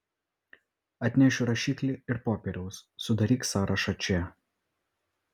atnešiu rašiklį ir popieriaus sudaryk sąrašą čia